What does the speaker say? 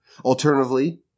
Alternatively